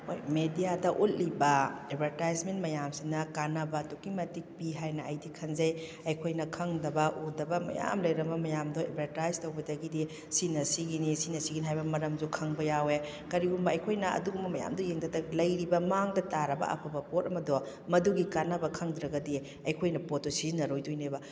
ꯍꯣꯏ ꯃꯦꯗꯤꯌꯥꯗ ꯎꯠꯂꯤꯕ ꯑꯦꯗꯚꯔꯇꯥꯏꯁꯃꯦꯟ ꯃꯌꯥꯝꯁꯤꯅ ꯀꯥꯅꯕ ꯑꯗꯨꯛꯀꯤ ꯃꯇꯤꯛ ꯄꯤ ꯍꯥꯏꯅ ꯑꯩꯗꯤ ꯈꯟꯖꯩ ꯑꯩꯈꯣꯏꯅ ꯈꯪꯗꯕ ꯎꯗꯕ ꯃꯌꯥꯝ ꯂꯩꯔꯝꯕ ꯃꯌꯥꯝꯗꯣ ꯑꯦꯗꯚꯔꯇꯥꯏꯁ ꯇꯧꯕꯗꯒꯤꯗꯤ ꯁꯤꯅ ꯁꯤꯒꯤꯅꯤ ꯁꯤꯅ ꯁꯤꯒꯤꯅꯤ ꯍꯥꯏꯕ ꯃꯔꯝꯁꯨ ꯈꯪꯕ ꯌꯥꯎꯋꯦ ꯀꯔꯤꯒꯨꯝꯕ ꯑꯩꯈꯣꯏꯅ ꯑꯗꯨꯒꯨꯝꯕ ꯃꯌꯥꯝꯗꯣ ꯌꯦꯡꯗ ꯇꯥꯔꯗꯤ ꯂꯩꯔꯤꯕ ꯃꯥꯡꯗ ꯇꯥꯔꯕ ꯑꯐꯕ ꯄꯣꯠ ꯑꯃꯗꯣ ꯃꯗꯨꯒꯤ ꯀꯥꯅꯕ ꯈꯪꯗ꯭ꯔꯒꯗꯤ ꯑꯩꯈꯣꯏꯅ ꯄꯣꯠꯇꯣ ꯁꯤꯖꯤꯟꯅꯔꯣꯏꯗꯣꯏꯅꯦꯕ